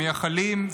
מייחלים,